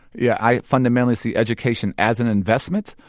yeah, i fundamentally see education as an investment,